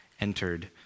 entered